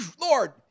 lord